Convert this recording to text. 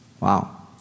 Wow